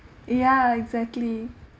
ya exactly